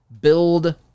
build